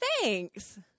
thanks